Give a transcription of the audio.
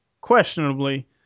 questionably